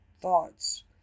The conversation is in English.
thoughts